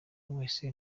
wese